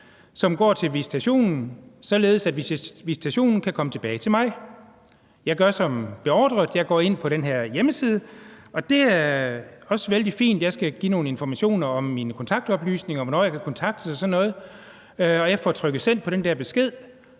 som går til visitationen, således at visitationen kan komme tilbage til mig. Jeg gør som beordret. Jeg går ind på den her hjemmeside, og det er også vældig fint. Jeg skal give nogle informationer om mine kontaktoplysninger og om, hvornår jeg kan kontaktes og sådan noget. Jeg får trykket »Send« på den der besked,